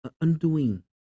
undoing